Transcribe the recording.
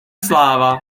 sláva